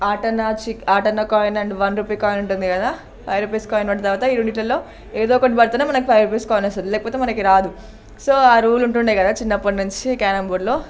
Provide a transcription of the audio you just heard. ఆటాణా వచ్చి ఆటాణా coin and one rupee coin ఉంటుంది కదా ఫైవ్ రూపీస్ కాయిన్ పడ్డ తర్వాత ఈ రెండింటిలో ఏదో ఒకటి పడితే మనకి ఫైవ్ రూపీస్ వస్తుంది లేకపోతే మనకు రాదు సో ఆ రూల్ ఉంటుండే కదా చిన్నప్పటి నుంచి క్యారమ్ బోర్డులో